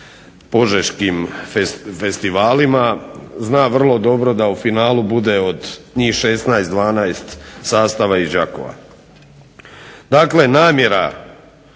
požeškim festivalima. Zna vrlo dobro da u finalu bude od njih 16 dvanaest sastava iz Đakova. Dakle, namjera